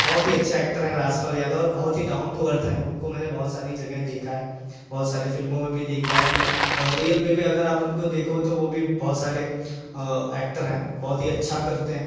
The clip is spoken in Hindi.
बहुत ही अच्छे एक्टर है राजपाल यादव और बहुत ही डाउन टू अर्थ है वह उनको मैंने बहुत सारी जगह देखा है बहुत सारी फ़िल्मों में भी देखा है एंड रियर में भी अगर आप उनको देखो तो वह बहुत सारे एक्टर है बहुत ही अच्छा करते हैं